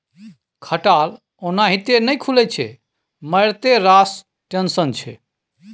खटाल ओनाहिते नहि खुलैत छै मारिते रास टेंशन छै